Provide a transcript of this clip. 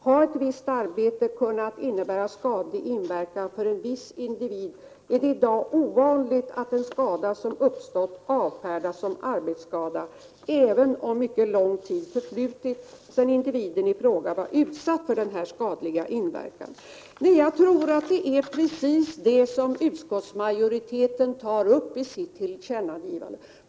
Har ett visst arbete kunnat innebära skadlig inverkan för en viss individ är det i dag ovanligt att en skada som uppstått avfärdas som inte varande arbetsskada, även om mycket lång tid förflutit sedan individen i fråga var utsatt för denna skadliga inverkan. Jag tror att det är precis detta som utskottsmajoriteten menar i sitt tillkännagivande.